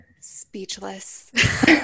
speechless